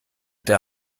der